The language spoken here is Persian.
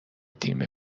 تیم